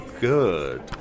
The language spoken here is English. good